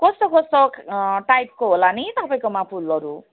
कस्तो कस्तो टाइपको होला नि तपाईँकोमा फुलहरू